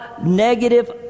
negative